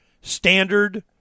Standard